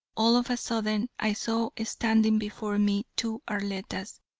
all of a sudden i saw standing before me two arlettas,